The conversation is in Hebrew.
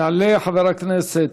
יעלה חבר הכנסת